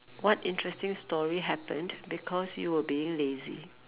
what interesting story happened because you were being lazy